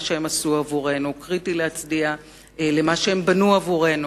חשוב להצדיע למה שהם עשו עבורנו,